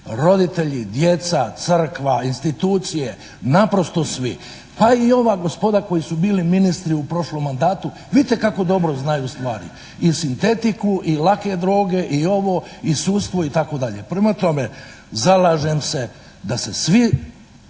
roditelji, djeca, crkva, institucije, naprosto svi. Pa i ova gospoda koji su bili ministri u prošlom mandatu, vidite kako dobro znaju stvari i sintetiku i lake droge i ovo i sudstvo itd. Prema tome, zalažem se da se svi